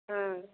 ହଁ